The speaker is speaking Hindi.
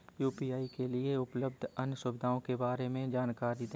यू.पी.आई के लिए उपलब्ध अन्य सुविधाओं के बारे में जानकारी दें?